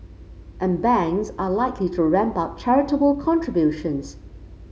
and banks are likely to ramp up charitable contributions